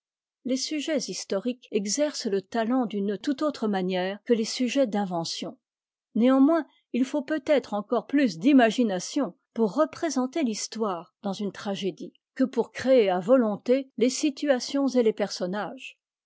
les sujets historiques exercent le talent d'une tout autre manière que les sujets d'invention néanmoins il faut peut-être encore plus d'imagination pour représenter l'histoire dans une tragédie que pour créer à votante les situations et les personnages